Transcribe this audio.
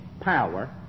power